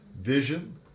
vision